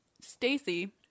Stacy